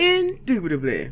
Indubitably